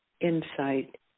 insight